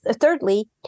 thirdly